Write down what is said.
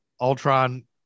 Ultron